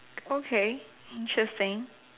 okay interesting